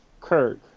Kirk